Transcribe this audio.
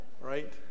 Right